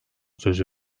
sözü